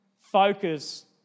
focus